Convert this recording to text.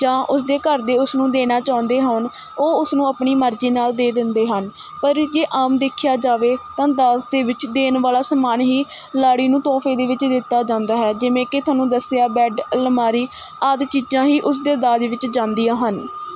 ਜਾਂ ਉਸ ਦੇ ਘਰ ਦੇ ਉਸਨੂੰ ਦੇਣਾ ਚਾਹੁੰਦੇ ਹੋਣ ਉਹ ਉਸਨੂੰ ਆਪਣੀ ਮਰਜ਼ੀ ਨਾਲ਼ ਦੇ ਦਿੰਦੇ ਹਨ ਪਰ ਜੇ ਆਮ ਦੇਖਿਆ ਜਾਵੇ ਤਾਂ ਦਾਜ ਦੇ ਵਿੱਚ ਦੇਣ ਵਾਲਾ ਸਮਾਨ ਹੀ ਲਾੜੀ ਨੂੰ ਤੋਹਫ਼ੇ ਦੇ ਵਿੱਚ ਦਿੱਤਾ ਜਾਂਦਾ ਹੈ ਜਿਵੇਂ ਕਿ ਤੁਹਾਨੂੰ ਦੱਸਿਆ ਬੈੱਡ ਅਲਮਾਰੀ ਆਦਿ ਚੀਜ਼ਾਂ ਹੀ ਉਸਦੇ ਦਾਜ ਵਿੱਚ ਜਾਂਦੀਆਂ ਹਨ